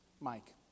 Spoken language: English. Mike